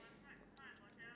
member